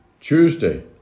Tuesday